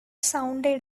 sounded